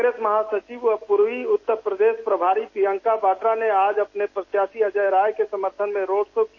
कांग्रेस महासचिव व पूर्वी उत्तर उत्तर प्रदेश प्रभारी प्रियंका वाड्रा ने आज अपने प्रत्याशी अजय राय के समर्थन में रोड शो किया